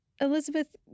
Elizabeth